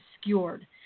obscured